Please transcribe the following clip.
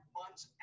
months